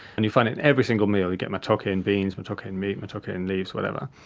and you find it in every single meal, you get matoke and beans, matoke and meat, matoke ah and leaves, whatever,